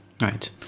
right